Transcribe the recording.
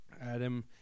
adam